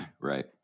right